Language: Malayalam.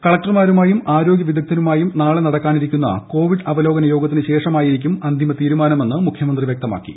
കളക്ടർമാരുമായും ആരോഗ്യ വിദഗ്ധരുമായും നാളെ നടക്കാനിരിക്കുന്ന കോവിഡ് അവലോകന യോഗത്തിന് ശേഷമായിരിക്കും അന്തിമ തീരുമാനമെന്ന് മുഖ്യമന്ത്രി വ്യക്തമാക്കി